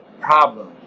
problem